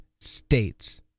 states